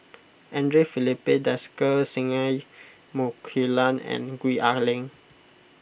andre Filipe Desker Singai Mukilan and Gwee Ah Leng